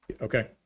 okay